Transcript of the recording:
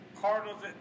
Cardinals